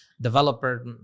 developer